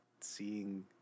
seeing